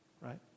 Right